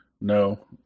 No